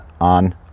on